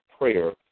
prayer